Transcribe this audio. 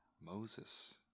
Moses